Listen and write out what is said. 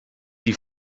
die